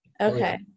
Okay